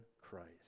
Christ